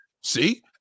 see